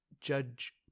judge